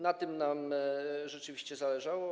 Na tym nam rzeczywiście zależało.